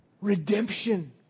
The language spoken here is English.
Redemption